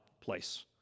place